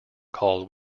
called